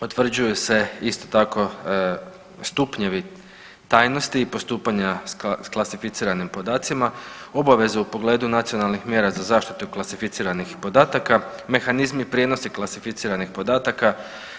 potvrđuju se isto tako stupnjevi tajnosti i postupanja s klasificiranim podacima, obavezu u pogledu nacionalnih mjera za zaštitu klasificiranih podataka, mehanizmi i prijenosi klasificiranih podataka